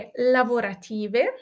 lavorative